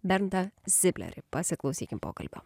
bendą sinkleri pasiklausykim pokalbio